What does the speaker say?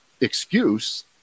excuse